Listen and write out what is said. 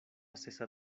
sesa